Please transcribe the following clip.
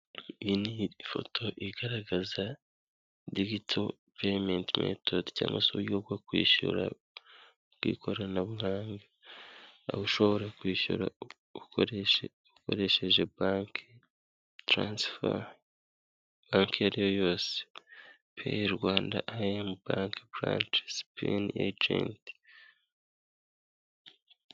Iyi ni ifoto igaragaza dijito payimenti metodi, cyangwa se uburyo bwo kwishyura bw'ikoranabuhanga, aho ushobora kwishyura ukoresheje banki turansifa, banki iyo ari yo yose, payi Rwanda, I&M banki, bulanshi sipeni ajenti.